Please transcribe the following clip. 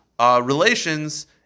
relations